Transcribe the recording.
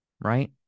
Right